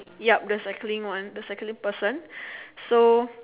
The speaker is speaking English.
ya the cycling one the cycling person so